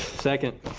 second?